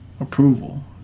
approval